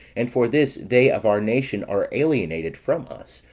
and for this they of our nation are alienated from us,